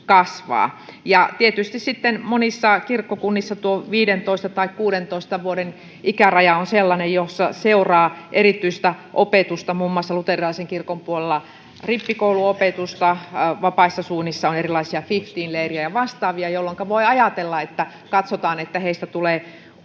sitten monissa kirkkokunnissa tuo 15:n tai 16 vuoden ikäraja on sellainen, josta seuraa erityistä opetusta — muun muassa luterilaisen kirkon puolella rippikouluopetusta ja vapaissa suunnissa erilaisia fifteen-leirejä ja vastaavia — jolloinka voi ajatella, että katsotaan, että heistä tulee